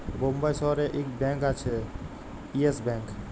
বোম্বাই শহরে ইক ব্যাঙ্ক আসে ইয়েস ব্যাঙ্ক